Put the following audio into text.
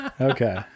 Okay